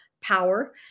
power